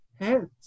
hands